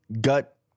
gut